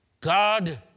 God